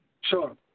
Sure